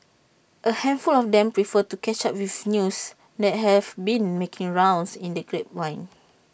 A handful of them prefer to catch up with news that have been making rounds in the grapevine